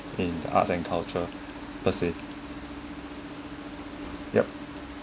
in the arts and culture per se yup